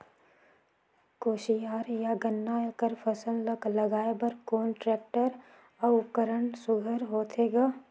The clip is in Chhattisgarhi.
कोशियार या गन्ना कर फसल ल लगाय बर कोन टेक्टर अउ उपकरण सुघ्घर होथे ग?